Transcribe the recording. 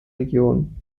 region